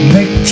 Make